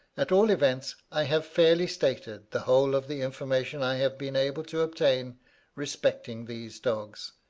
at all events i have fairly stated the whole of the information i have been able to obtain respecting these dogs,